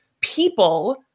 people